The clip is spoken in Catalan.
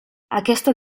aquesta